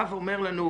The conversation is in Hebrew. בא ואומר לנו,